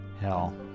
hell